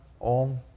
Om